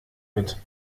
mit